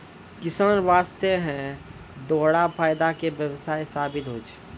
किसान वास्तॅ है दोहरा फायदा के व्यवसाय साबित होय छै